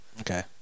Okay